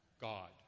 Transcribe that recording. god